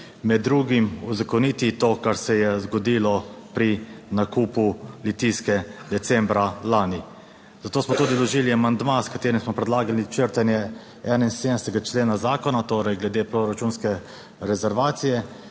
med drugim uzakoniti to kar se je zgodilo pri nakupu Litijske decembra lani, zato smo tudi vložili amandma s katerim smo predlagali črtanje 71. člena zakona, torej glede proračunske rezervacije,